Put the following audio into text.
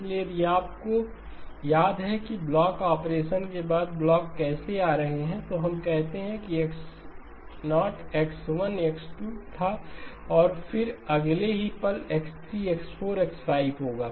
इसलिए यदि आपको याद है कि ब्लॉकिंग ऑपरेशन के बाद ब्लॉक कैसे आ रहे थे तो हम कहते हैं कि यह X0 X1 X2 था और फिर अगले ही पल यहX3 X4 X5 होगा